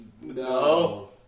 No